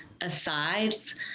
asides